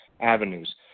avenues